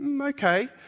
Okay